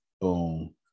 boom